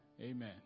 Amen